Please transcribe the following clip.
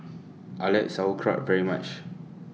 I like Sauerkraut very much